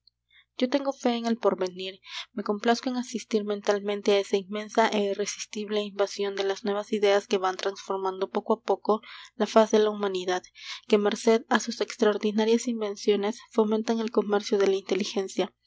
yo tengo fe en el porvenir me complazco en asistir mentalmente á esa inmensa é irresistible invasión de las nuevas ideas que van transformando poco á poco la faz de la humanidad que merced á sus extraordinarias invenciones fomentan el comercio de la inteligencia